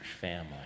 family